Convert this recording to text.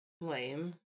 Lame